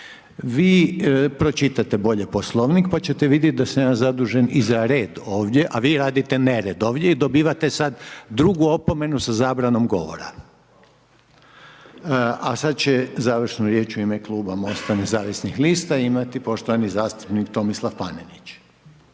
Vi pročitajte bolje Poslovnik, pa ćete vidjeti da sam ja zadužen i za red ovdje, a vi radite nered ovdje i dobivate sada drugu opomenu sa zabranom govora. A sada će završnu riječ u ime kluba Mosta Nezavisnih lista imati poštovani zastupnik Tomislav Panenić.